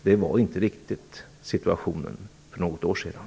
Det var inte riktigt fallet för något år sedan.